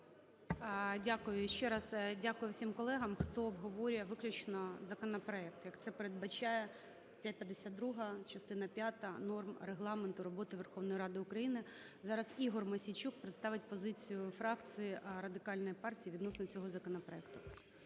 Дякую. Ще раз дякую всім колегам, хто обговорює виключно законопроекти, як це передбачає стаття 52, частина п'ята, норм Регламенту роботи Верховної Ради України. Зараз Ігор Мосійчук представить позицію фракції Радикальної партії відносно цього законопроекту.